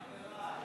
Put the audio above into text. התבלבלו הנתונים?